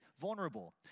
vulnerable